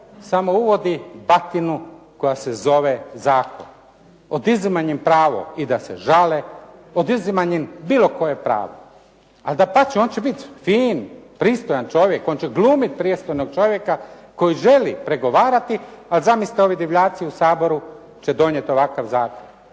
samo uvodi batinu koja se zove zakon. Oduzimanjem pravo i da se žale, oduzimanjem bilo koje pravo. Ali dapače, on će biti fin, pristojan čovjek, on će glumiti pristojnog čovjeka koji želi pregovarati. A zamislite ovi divljaci u Saboru će donijeti ovakav zakon.